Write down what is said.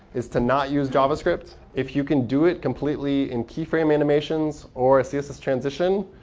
is to not use javascript. if you can do it completely in key frame animations or a css transition,